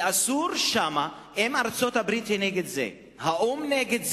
אם ארצות-הברית נגד זה והאו"ם נגד זה,